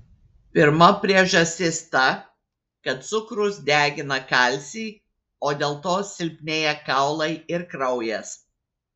pirma priežastis ta kad cukrus degina kalcį o dėl to silpnėja kaulai ir kraujas